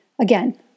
again